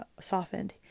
softened